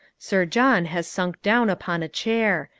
sir john has sunk down upon a chair.